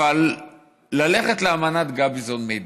ללכת לאמנת גביזון-מדן.